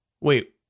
wait